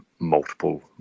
multiple